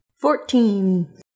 Fourteen